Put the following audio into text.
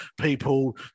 people